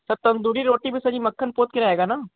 sir tandoori रोटी पर sir ये मक्खन पोत के आयेगा न